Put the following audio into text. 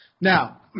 Now